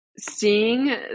seeing